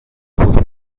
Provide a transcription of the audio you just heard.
خوک